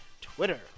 Twitter